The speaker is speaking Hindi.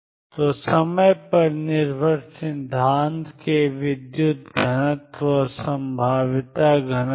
तो समय पर निर्भर सिद्धांत में विद्युत घनत्व और संभाव्यता घनत्व